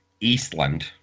Eastland